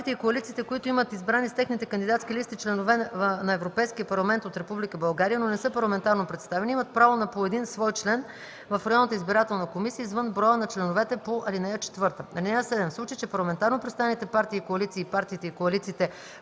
Партиите и коалициите, които имат избрани с техните кандидатски листи членове на Европейския парламент от Република България, но не са парламентарно представени, имат право на по един свой член в районната избирателна комисия, извън броя на членовете по ал. 4. (7) В случай че парламентарно представените партии и коалиции и партиите и коалициите,